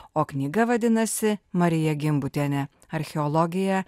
o knyga vadinasi marija gimbutienė archeologija